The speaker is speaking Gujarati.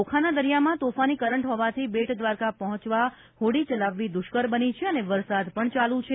ઓખાના દરિયામાં તોફાની કરંટ હોવાથી બેટ દ્વારકા પહોંચવા હોડી ચલાવવી દુષ્કર બની છે અને વરસાદ પણ ચાલુ જ છે